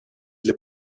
для